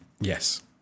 Yes